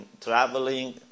traveling